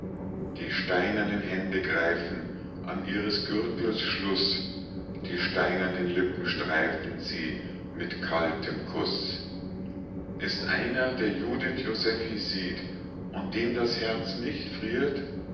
die steinernen hände greifen an ihres gürtels schluß die steinernen lippen streifen sie mit kaltem kuß ist einer der judith josephi sieht und dem das herz nicht friert